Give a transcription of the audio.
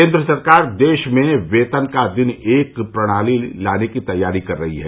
केन्द्र सरकार देश में वेतन का दिन एक प्रणाली लाने की तैयारी कर रही है